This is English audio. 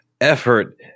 effort